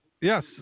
Yes